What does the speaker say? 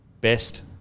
best